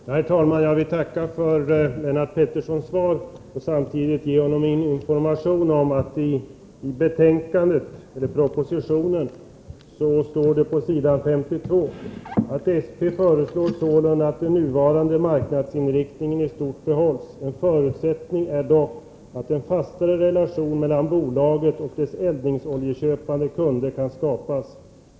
Herr talman! Jag vill tacka för Lennart Petterssons svar och samtidigt ge honom information om att det i propositionen på s. 52 står: ”SP föreslår sålunda att den nuvarande marknadsinriktningen i stort sett behålls. En förutsättning är dock att en fastare relation mellan bolaget och dess eldningsoljeköpande kunder kan skapas.